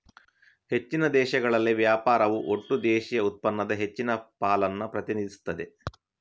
ಹೆಚ್ಚಿನ ದೇಶಗಳಲ್ಲಿ ವ್ಯಾಪಾರವು ಒಟ್ಟು ದೇಶೀಯ ಉತ್ಪನ್ನದ ಹೆಚ್ಚಿನ ಪಾಲನ್ನ ಪ್ರತಿನಿಧಿಸ್ತದೆ